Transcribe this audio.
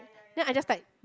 then I just like